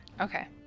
Okay